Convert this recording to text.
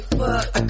fuck